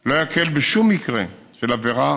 לא יקל בשום מקרה של עבירה,